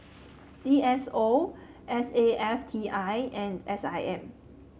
D S O S A F T I and S I M